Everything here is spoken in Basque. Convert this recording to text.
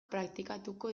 praktikatuko